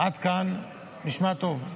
עד כאן נשמע טוב.